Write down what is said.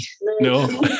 No